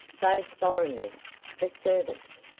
those foreign men the servants.